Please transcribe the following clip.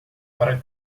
para